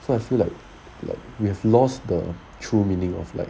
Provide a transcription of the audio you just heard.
so I feel like like we have lost the true meaning of like